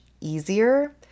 easier